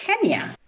Kenya